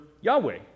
yahweh